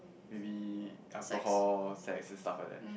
maybe alcohol sex and stuff like that